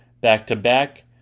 back-to-back